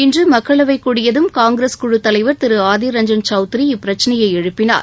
இன்று மக்களவை கூடியதும் காங்கிரஸ் குழு தலைவா் திரு அதிா் ரஞ்ஜன் சௌத்ரி இப்பிரச்சினையை எழுப்பினார்